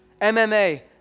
MMA